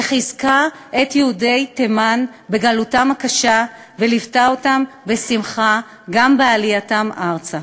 חיזקה את יהודי תימן בגלותם הקשה וליוותה אותם בשמחה גם בעלייתם ארצה.